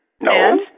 No